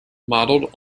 modeled